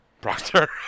Proctor